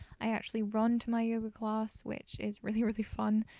i actually run to my yoga class, which is really really fun,